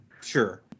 Sure